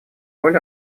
роль